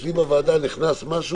אצלי בוועדה נכנס משהו,